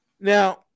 Now